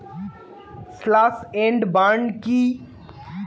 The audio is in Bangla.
স্লাস এন্ড বার্ন কি?